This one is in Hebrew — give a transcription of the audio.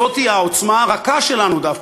זאת היא העוצמה הרכה שלנו דווקא,